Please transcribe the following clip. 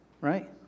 right